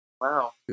wow